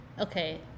Okay